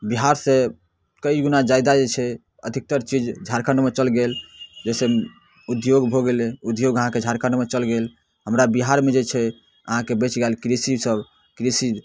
बिहार सऽ कइ गुणा जादा जे छै अधिकतर चीज झारखण्डमे चलि गेल जेना उद्योग भऽ गेलै उद्योग अहाँके झारखण्डमे चल गेल हमरा बिहारमे जे छै अहाँके बचि गेल कृषि सब कृषि